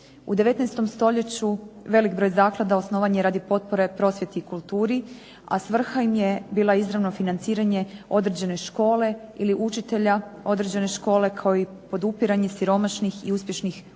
U 19. stoljeću velik broj zaklada osnovan je radi potpore prosvjeti i kulturi, a svrha im je bila izravno financiranje određene škole, ili učitelja određene škole kao i podupiranje siromašnih i uspješnih učenika,